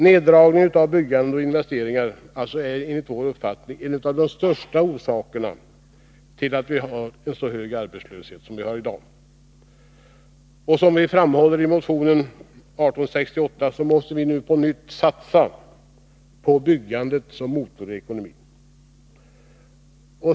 Neddragningen av byggande och investeringar är enligt vår uppfattning en av de största orsakerna till att vi har en så hög arbetslöshet i dag. Som vi framhåller i motion 1068 måste vi nu på nytt satsa på byggandet som en motor i ekonomin.